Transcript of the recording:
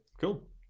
Cool